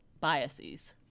biases